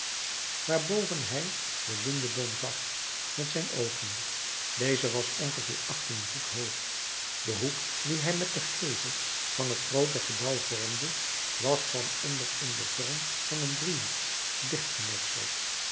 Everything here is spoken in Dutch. waarboven hij den lindeboom zag met zijn oogen deze was ongeveer achttien voet hoog de hoek dien hij met den gevel van het groote gebouw vormde was van onder in den vorm van een driehoek